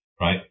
Right